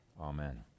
Amen